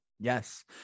Yes